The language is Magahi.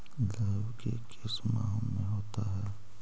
लव की किस माह में होता है?